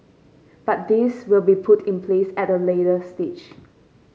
but these will be put in place at a later stage